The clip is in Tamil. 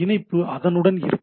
இணைப்பு அதனுடன் இருக்கும்